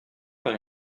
par